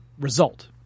Result